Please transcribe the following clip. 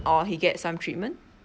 or he get some treatment